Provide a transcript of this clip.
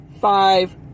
five